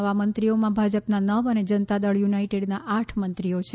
નવા મંત્રીઓમાં ભાજપના નવ અને જનતાદળ યુનાઇટેડના આઠ મંત્રીઓ છે